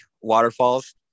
waterfalls